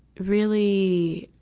really,